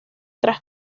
tras